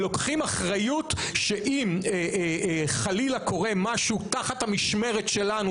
ולוקחים אחריות שאם חלילה קורה משהו תחת המשמרת שלנו,